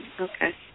Okay